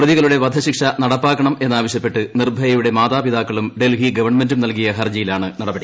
പ്രതികളുടെ വധശിക്ഷ നടപ്പാക്കണമെന്നാവശ്യപ്പെട്ട് നിർഭയയുടെ മാതാപിതാക്കളും ഡൽഹി ഗവൺമെന്റും നൽകിയ ഹർജിയിലാണ് നടപടി